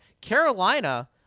Carolina